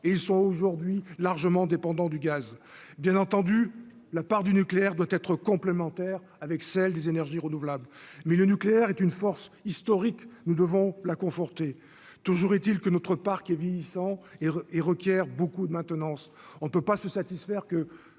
et ils sont aujourd'hui largement dépendant du gaz, bien entendu, la part du nucléaire doit être complémentaire avec celle des énergies renouvelables, mais le nucléaire est une force historique, nous devons la conforter, toujours est-il que notre parc est vieillissant et et requiert beaucoup de maintenance, on ne peut pas se satisfaire que